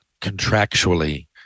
contractually